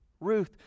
Ruth